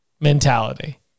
mentality